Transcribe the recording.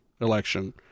election